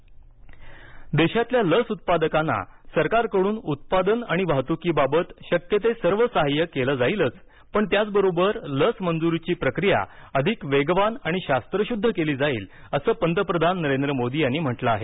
लस बैठक देशातील लस उत्पादकांना सरकारकडून उत्पादन आणि वाहतुकीबाबत शक्य ते सर्व सहाय्य केलं जाईलचं पण त्याचबरोबर लस मंजुरीची प्रक्रिया अधिक वेगवान आणि शास्त्रशुद्ध केली जाईल असं पंतप्रधान नरेंद्र मोदी यांनी म्हटलं आहे